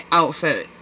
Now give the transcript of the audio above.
outfit